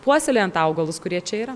puoselėjant augalus kurie čia yra